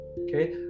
Okay